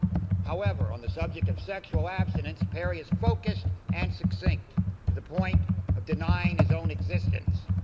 however, on the subject of sexual abstinence, perry is focused and succinct to the point of denying his own existence.